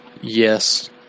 yes